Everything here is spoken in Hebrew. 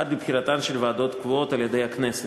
עד לבחירתן של ועדות קבועות על-ידי הכנסת.